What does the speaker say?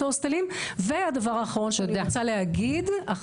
ההוסטלים והדבר האחרון שאני רוצה להגיד,